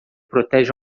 protege